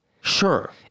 Sure